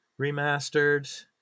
remastered